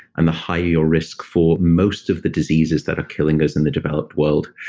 and the higher your risk for most of the diseases that are killing us in the developed world.